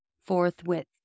forthwith